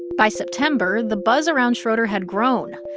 by september, the buzz around schroeder had grown.